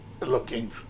looking